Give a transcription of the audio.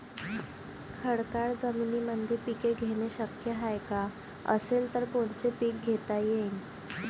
खडकाळ जमीनीमंदी पिके घेणे शक्य हाये का? असेल तर कोनचे पीक घेता येईन?